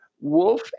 wolf